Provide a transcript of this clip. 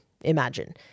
imagine